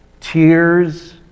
tears